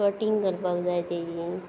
cutting करपाक जाय तेजीं